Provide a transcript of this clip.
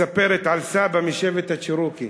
מספרת על סבא משבט הצ'ירוקי